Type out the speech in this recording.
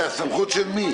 הסמכות של מי?